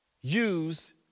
use